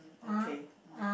okay